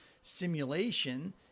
simulation